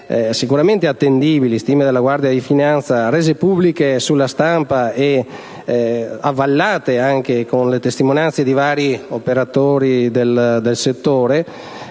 sicuramente attendibili della Guardia di finanza, rese pubbliche sulla stampa e avallate dalle testimonianze di vari operatori del settore,